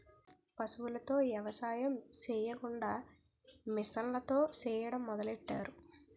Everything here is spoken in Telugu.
పశువులతో ఎవసాయం సెయ్యకుండా మిసన్లతో సెయ్యడం మొదలెట్టారు